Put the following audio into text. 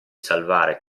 salvare